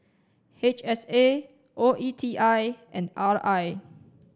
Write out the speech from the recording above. H S A O E T I and R I